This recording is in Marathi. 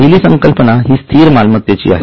पहिली संकल्पना हि स्थिर मालमत्तेची आहे